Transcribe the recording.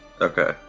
Okay